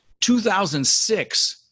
2006